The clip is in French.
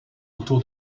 autour